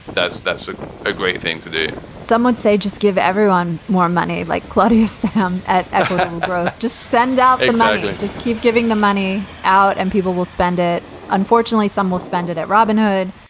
that's that's ah a great thing to do some would say just give everyone more money like chloris. ah um just send out. exactly. just keep giving the money out and people will spend it. unfortunately, some will spend it at robinhood.